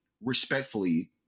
respectfully